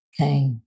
Okay